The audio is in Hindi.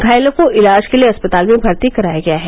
घायलों को इलाज के लिये अस्पताल में भर्ती कराया गया है